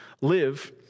live